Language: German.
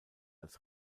als